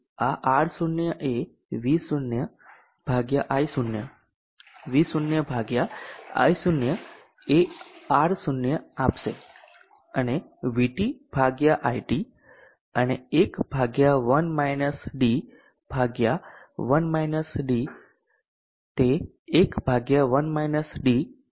તેથી આ R0 એ V 0 ભાગ્યા I0 V 0 ભાગ્યા I0 એ R0 આપશે અને VT ભાગ્યા IT અને 1 ભાગ્યા1 - d ભાગ્યા તે 1 ભાગ્યા 1 -d2 બનશે